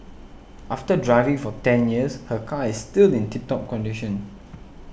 after driving for ten years her car is still in tip top condition